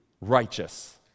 righteous